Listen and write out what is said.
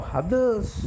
others